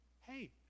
Hey